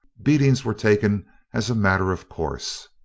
beatings were taken as a matter of course.